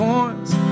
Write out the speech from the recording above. Points